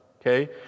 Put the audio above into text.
okay